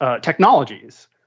technologies